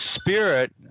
spirit